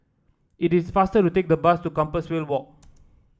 it is faster to take the bus to Compassvale Walk